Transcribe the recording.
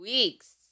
Weeks